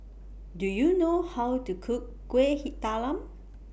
Do YOU know How to Cook Kuih Talam